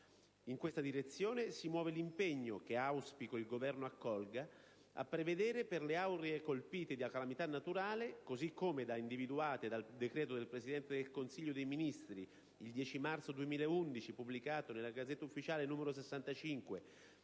In questa direzione si muove l'impegno, che auspico il Governo accolga, a prevedere, per le aree colpite da calamità naturale, così come individuate dal decreto del Presidente del Consiglio dei ministri del 10 marzo 2011 pubblicato nella *Gazzetta Ufficiale* n. 65